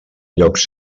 llocs